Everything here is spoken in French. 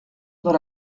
dans